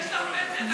יש לך פנסיה תקציבית?